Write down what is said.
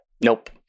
Nope